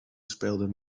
speelden